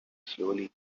slowly